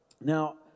Now